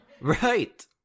Right